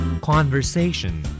Conversation